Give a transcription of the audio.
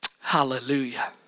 Hallelujah